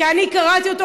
כי אני קראתי אותו,